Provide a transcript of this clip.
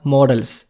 Models